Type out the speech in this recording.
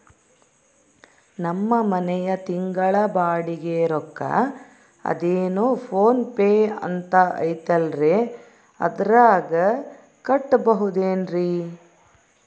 ನಮ್ಮ ಮನೆಯ ತಿಂಗಳ ಬಾಡಿಗೆ ರೊಕ್ಕ ಅದೇನೋ ಪೋನ್ ಪೇ ಅಂತಾ ಐತಲ್ರೇ ಅದರಾಗ ಕಟ್ಟಬಹುದೇನ್ರಿ?